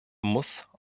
muss